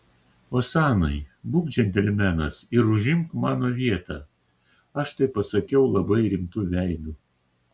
osanai būk džentelmenas ir užimk mano vietą aš tai pasakiau labai rimtu veidu